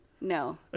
No